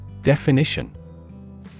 Definition